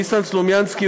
ניסן סלומינסקי,